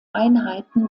einheiten